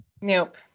nope